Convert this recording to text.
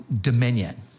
dominion